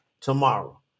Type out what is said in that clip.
tomorrow